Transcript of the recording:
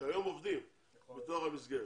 שהיום עובדים בתוך המסגרת,